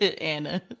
anna